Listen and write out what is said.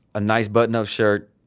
a nice button-up shirt.